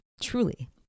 truly